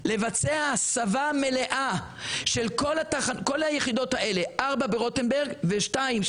לבצע הסבה מלאה של כל היחידות האלה ארבע ברוטנברג ושתיים,